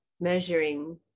measuring